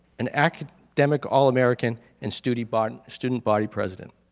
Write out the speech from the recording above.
an academic all american and student but student body president.